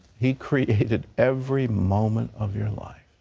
he created every moment of your life.